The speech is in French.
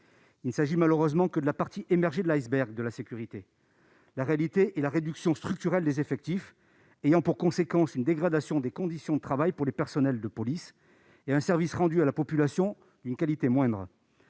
Il ne s'agit malheureusement que de la partie émergée de l'iceberg de la sécurité. En effet, la réduction structurelle des effectifs a pour conséquence une dégradation des conditions de travail des personnels de police et un service rendu à la population d'une qualité moindre.